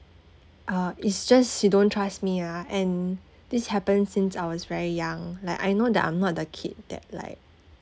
uh it's just she don't trust me ah and this happened since I was very young like I know that I'm not the kid that like